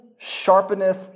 sharpeneth